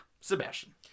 Sebastian